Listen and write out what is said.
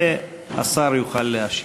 ואז השר יוכל להשיב.